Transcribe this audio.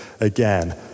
again